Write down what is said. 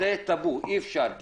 זה טאבו, אי אפשר אחרת.